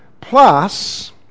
plus